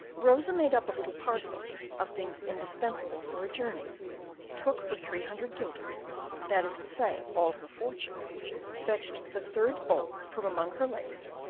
rosa made up a little parcel of things indispensable for a journey took her three hundred guilders that is to say, all her fortune fetched the third bulb from among her lace,